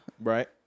Right